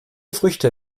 früchte